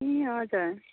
ए हजुर